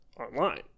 online